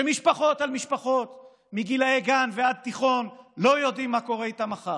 כשמשפחות על משפחות מגילי גן עד תיכון לא יודעים מה קורה איתן מחר,